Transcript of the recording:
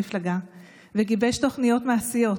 לכתיבת חזון החינוך של המפלגה אני קוראת לכל ההורים בישראל